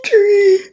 Tree